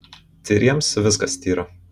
tyriems viskas tyra